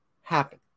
happen